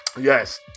Yes